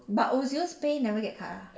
but ozil's pay never get cut ah